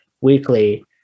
Weekly